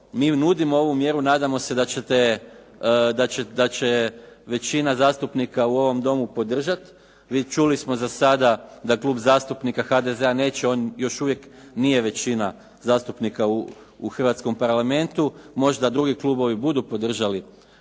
mi nudimo ovu mjeru, nadamo se da ćete je, da će većina zastupnika u ovom Domu podržati. Čuli smo za sada da Klub zastupnika HDZ-a neće još uvijek nije većina zastupnika u hrvatskom Parlamentu, možda drugi klubovi budu podržali